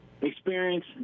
Experience